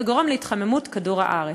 וגורם להתחממות כדור-הארץ.